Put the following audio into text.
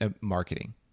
marketing